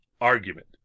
argument